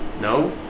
no